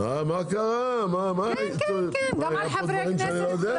גם על חברי כנסת.